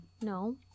No